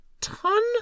ton